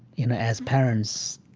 you know, as parents,